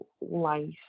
life